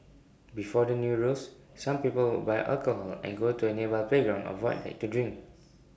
before the new rules some people would buy alcohol and go to A nearby playground or void deck to drink